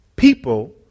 people